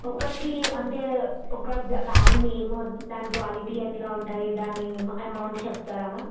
ఒకటి అంటే ఒక బ్యాగ్ నేమ్ దాని క్వాలిటీ ఎట్లా ఉంటుంది దాని ఎమౌంట్ చెప్తారా మ్యామ్